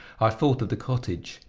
i thought of the cottage.